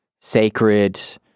sacred